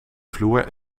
vloer